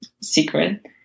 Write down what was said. secret